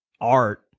art